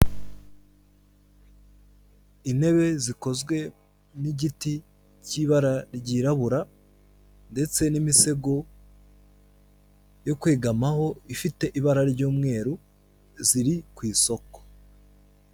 Intebe zikozwe n'igiti cy'ibara ryirabura ndetse n'imisego yo kwegamaho ifite ibara ry'umweru iri ku isoko.